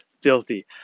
filthy